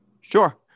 Sure